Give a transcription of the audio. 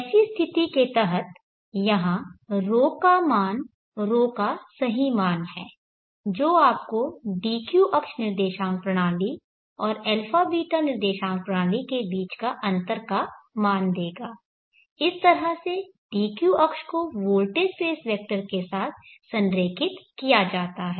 ऐसी स्थिति के तहत यहाँ ρ का मान ρ का सही मान है जो आपको dq अक्ष निर्देशांक प्रणाली और αβ निर्देशांक प्रणाली के बीच के अंतर का मान देगा इस तरह से d अक्ष को वोल्टेज स्पेस वेक्टर के साथ संरेखित किया जाता है